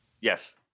Yes